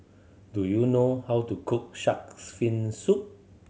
do you know how to cook Shark's Fin Soup